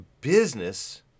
business